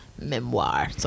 Memoir